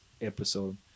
episode